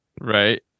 right